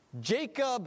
Jacob